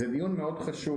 זה דיון חשוב מאוד.